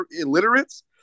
illiterates